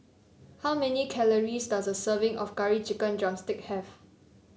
how many calories does a serving of Curry Chicken drumstick have